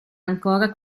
ancora